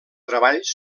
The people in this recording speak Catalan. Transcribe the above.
treballs